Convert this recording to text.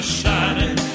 shining